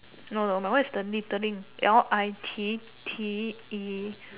no no mine one is the littering L I T T E